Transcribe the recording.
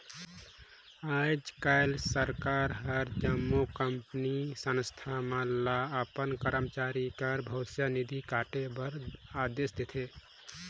आएज काएल सरकार हर जम्मो कंपनी, संस्था मन ल अपन करमचारी कर भविस निधि काटे कर अदेस देथे